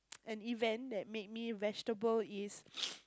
an event that made me vegetable is